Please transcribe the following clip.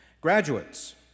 Graduates